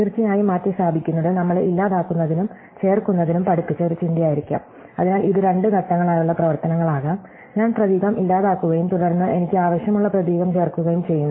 തീർച്ചയായും മാറ്റിസ്ഥാപിക്കുന്നത് നമ്മളെ ഇല്ലാതാക്കുന്നതിനും ചേർക്കുന്നതിനും പഠിപ്പിച്ച ഒരു ചിന്തയായിരിക്കാം അതിനാൽ ഇത് രണ്ട് ഘട്ടങ്ങളായുള്ള പ്രവർത്തനങ്ങളാകാം ഞാൻ പ്രതീകം ഇല്ലാതാക്കുകയും തുടർന്ന് എനിക്ക് ആവശ്യമുള്ള പ്രതീകം ചേർക്കുകയും ചെയ്യുന്നു